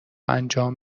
انجام